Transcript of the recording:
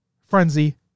frenzy